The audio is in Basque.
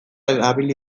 erabili